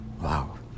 Wow